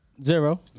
Zero